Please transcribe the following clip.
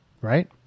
right